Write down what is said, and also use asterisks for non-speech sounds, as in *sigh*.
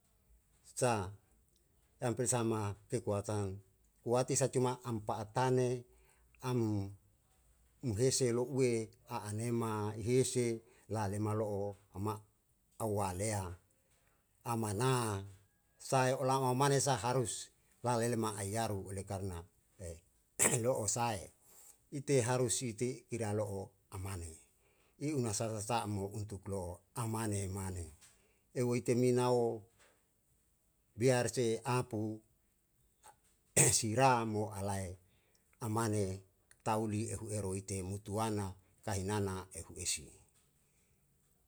Sa amper sama kekuatan kuati sa cuma ampa atane am mhese lo'ue a anema ihese lale malo'o ama au walea amana sae olama mane saha harus lale ma'ayaru oleh karna *hesitation* *noise* lo'o sae ite harus iti ira lo'o amane i una sa samo untuk lo'o amane mane eu iteminao biar si apu *noise* siramo alae amane tau li ehu eru ite mutuana kahianana ehu esi.